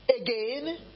again